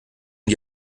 die